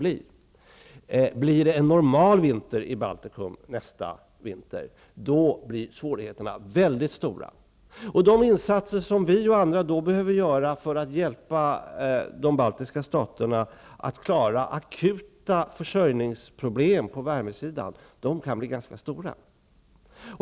Om det blir en normal vinter i Baltikum nästa gång blir svårigheterna mycket stora. De insatser som vi och andra behöver göra för att hjälpa de baltiska staterna att klara akuta försörjningsproblem på värmesidan kan bli ganska stora.